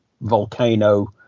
volcano